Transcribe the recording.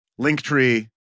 Linktree